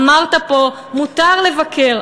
אמרת פה "מותר לבקר".